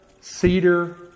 cedar